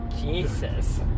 Jesus